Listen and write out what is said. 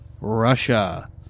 Russia